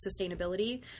sustainability